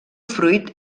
fruit